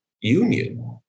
union